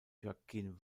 joaquin